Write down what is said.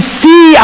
see